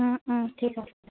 ঠিক আছে